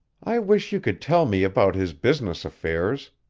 i wish you could tell me about his business affairs,